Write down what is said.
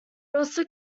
also